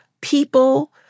people